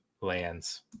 lands